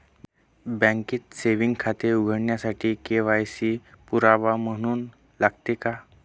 बँकेत सेविंग खाते उघडण्यासाठी के.वाय.सी पुरावा म्हणून लागते का?